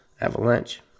avalanche